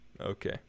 Okay